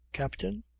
captain.